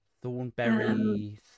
Thornberry